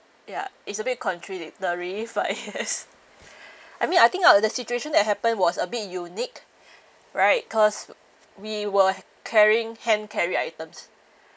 ya it's a bit contradictory but I guess I mean I think out of the situation that happened was a bit unique right cause we were carrying hand carry items